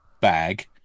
bag